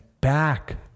back